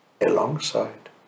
alongside